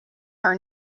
her